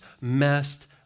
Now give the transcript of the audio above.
messed